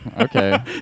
okay